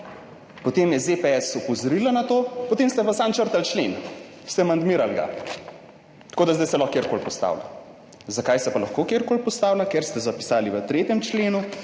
Potem je ZPS opozorila na to, potem ste pa samo črtali člen, ste amandmirali ga. Tako da zdaj se lahko kjerkoli postavlja. Zakaj se pa lahko kjerkoli postavlja? Ker ste zapisali v 3. členu: